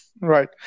Right